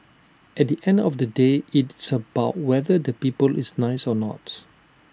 at the end of the day it's about whether the people is nice or not